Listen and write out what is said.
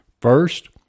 First